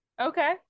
Okay